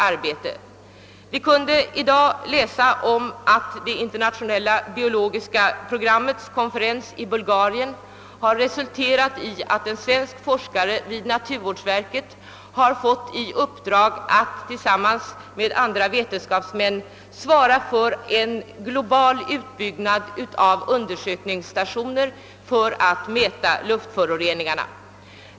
Vi har i dagarna kunnat läsa om att Internationella biologiska programmets konferens i Bulgarien har resulterat i att en svensk forskare vid naturvårdsverket har fått i uppdrag att tillsammans med andra vetenskapsmän svara för en global utbyggnad av undersökningsstationer för att mäta luftföroreningarna.